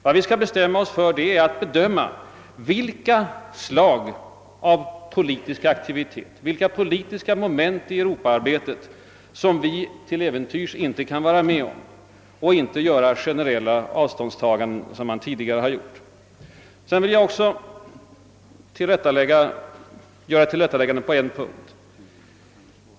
Vad vi skall bestämma oss för är att bedöma vilka politiska moment i europaarbetet som vi till äventyrs inte kan vara med om, men vi skall inte göra generella avståndstaganden såsom tidigare har skett. Jag vill också göra ett tillrättaläggande på en punkt.